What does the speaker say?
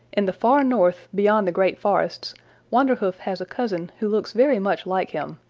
in the far north beyond the great forests wanderhoof has cousin who looks very much like him,